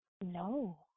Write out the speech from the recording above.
No